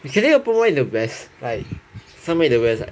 actually why open in the west like somewhere in the west ah